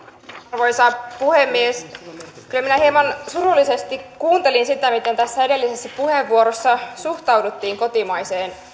arvoisa puhemies kyllä minä hieman surullisesti kuuntelin sitä miten tässä edellisessä puheenvuorossa suhtauduttiin kotimaiseen